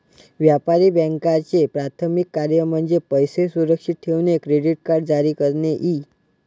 व्यापारी बँकांचे प्राथमिक कार्य म्हणजे पैसे सुरक्षित ठेवणे, क्रेडिट कार्ड जारी करणे इ